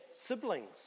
siblings